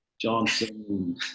Johnson